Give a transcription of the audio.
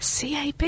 CAB